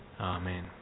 Amen